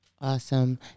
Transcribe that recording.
Awesome